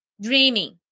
dreaming